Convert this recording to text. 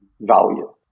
value